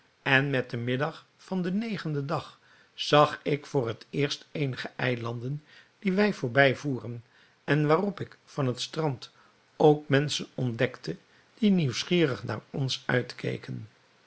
en met den middag van den negenden dag zag ik voor het eerst eenige eilanden die wij voorbij voeren en waarop ik van het strand ook menschen ontdekte die nieuwsgierig naar ons uitkeken